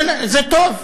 זה טוב,